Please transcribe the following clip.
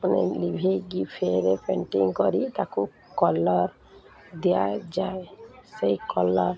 ମାନେ ଲିଭାଇକି ଫେର ପେଣ୍ଟିଂ କରି ତାକୁ କଲର୍ ଦିଆଯାଏ ସେହି କଲର୍